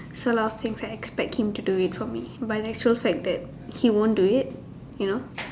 so lah I expect him to do it for me but in actual fact that he won't do it you know